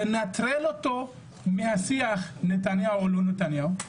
לנטרל אותו מהשיח: נתניהו, לא נתניהו.